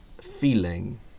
feeling